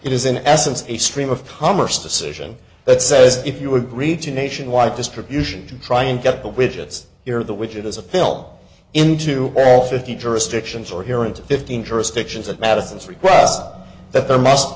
it is in essence a stream of commerce decision that says if you agree to nationwide distribution to try and get the widgets here the widget as a fill in to all fifty jurisdictions or here into fifteen jurisdictions at madison's request that there must